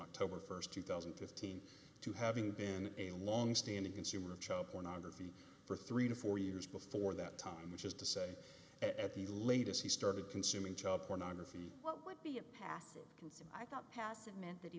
october st two thousand and fifteen to having been a longstanding consumer of child pornography for three to four years before that time which is to say at the latest he started consuming child pornography what would be a passive and i thought passive meant that he